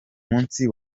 munsi